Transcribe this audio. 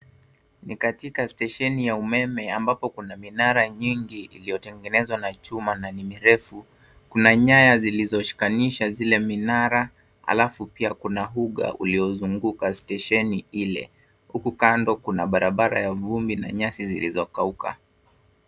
Ni katika stesheni ya umeme ambapo kuna minara nyingi iliyotengenezwa na chuma na ni mirefu. Kuna nyaya zilizoshikanisha zile minara halafu pia kuna uga uliozunguka stesheni ile. Huku kando kuna barabara ya vumbi na nyasi zilizokauka.